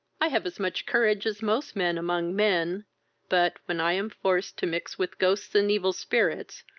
i have as much courage as most men among men but, when i am forced to mix with ghosts and evil spirits,